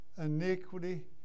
iniquity